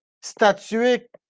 statuer